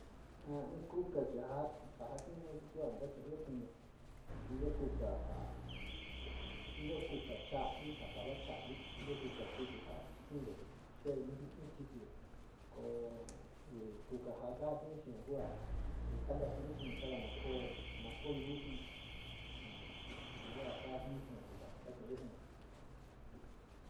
In kuka chi ja ja tinoyu kuja nachu´uyo xiniyo, iyo kuka, iyo kucha cha´avi ja tava chavi, ono ja, kuko chuku ko jo kuyuto ya ko chutiyo, ke xaa yuka, yuka kuu ka kanta chu´u xini sava nu koo, na koo louxinio, yuka ku ja kajatiun kuka nachu´uyo siniyo.